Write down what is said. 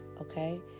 Okay